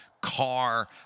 car